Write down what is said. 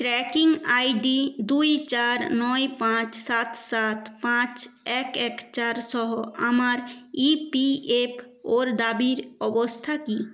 tracking ID দুই চার নয় পাঁচ সাত সাত পাঁচ এক এক চার সহ আমার ই পি এফ ওর দাবির অবস্থা কী